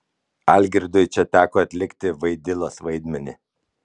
algirdui čia teko atlikti vaidilos vaidmenį